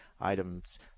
items